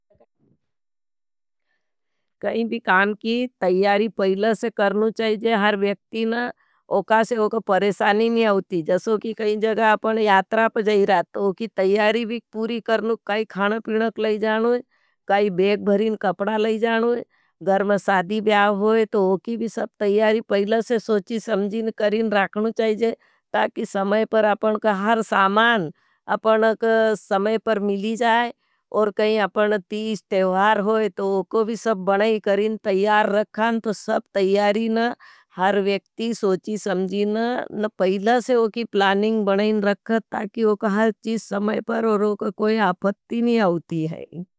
कहीं भी काम की तैयारी पहिले से करनू चाही थी। ओका से व्यक्ति का परेशानी नी आऊटी। जॉस की कई जगह अपन यात्रा पे गई रहन। ताऊ ऊकी तयारी भी पूरी कर लूँ। कई खाना पीनू को लाई जानू। कई बेग भरीं कपड़ा लाई जानू। घर माँ शादी ब्याह होय तो। ऊकी भी सब तयारी पहिले से सोची समझी रखनू चाही ज । ताकि समय पर अपन का हर सामान अपन का समय पर मिली जाए। और अपन कहीं तीज त्योहार हुए ताऊ ऊखो भी सब बनाईं करीं तैयार रखीं। ताऊ सब त्यारीं ना हर व्यक्ति सोची समझी ना। ना पहिला से ऊकी प्लानिंग बनीं रखत। ताकि ओखा हर चीज़ समय पर और ओको कोई आपत्ति नी आऊटी है।